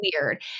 weird